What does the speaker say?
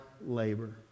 labor